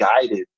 guided